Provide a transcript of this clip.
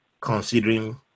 considering